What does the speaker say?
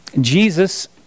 Jesus